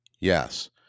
Yes